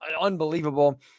unbelievable